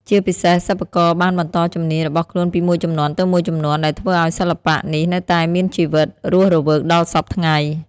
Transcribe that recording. ជាពិសេស សិប្បករបានបន្តជំនាញរបស់ខ្លួនពីមួយជំនាន់ទៅមួយជំនាន់ ដែលធ្វើឱ្យសិល្បៈនេះនៅតែមានជីវិតរស់រវើកដល់សព្វថ្ងៃ។